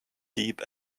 deep